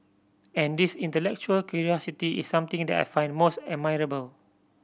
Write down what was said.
and this intellectual curiosity is something that I find most admirable